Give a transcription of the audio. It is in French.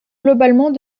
globalement